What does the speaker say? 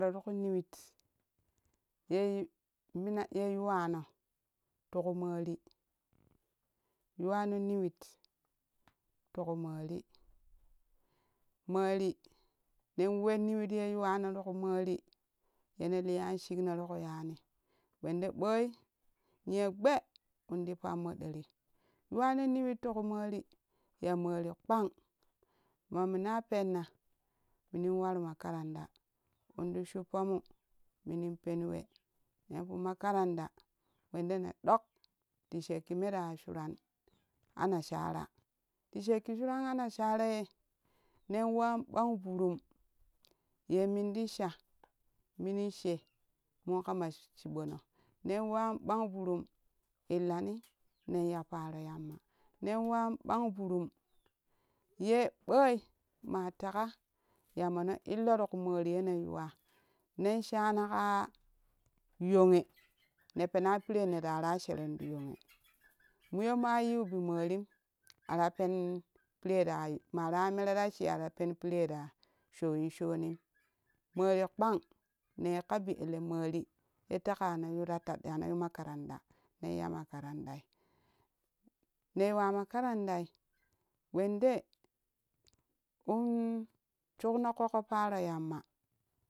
Neri ku niwit ye mina ye yuwano ti ku mori yuwano niwit ti kuh mori mori ne we niwit ye yuwano ti ku mori yene liyan shigno tiku yani wende ɓoi niyo gyee minti fammo ɗerii yuwano niwit ti ku mori ya mari kpan ma minma penna minin war makaranda indi shuppomo minin penwe nin fuu makaranda wende ne ɗok ti shekki mera ya sharan ana shara ti shekki suran ana shara naye nen wai ɓang burum ye minti sha minishe min kama ishiɓono nen wan ɓang burum illan nen ya taro yamma nen wan ɓa vurum ye ɓoi ma teka ya mone illo tiku mariyene yuwa nen shana ƙah yonghe ne pena pirenne na ra sheron ti yonghe muyommoa yiu bi morim ara pen pire ra man ya mere rashi ara pen pire ra sho win shonim mori kpan ne yikka bielle mori ye teka yane yu ta ta yane yu makaranda nen ya makarandai ne yuwa makarandai wende un shukno ƙoƙo paro yamma